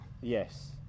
Yes